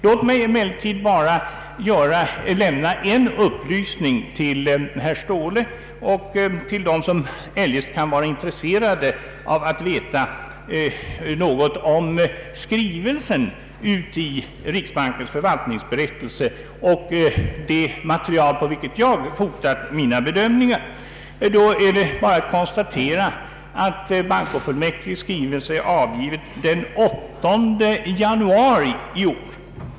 Låt mig emellertid lämna en upplysning till herr Ståhle och till övriga som kan vara intresserade av att veta något om skrivningen i riksbankens förvaltningsberättelse och det material på vilket jag baserat mina bedömningar. Bankofullmäktiges skrivelse är avgiven den 8 januari i år.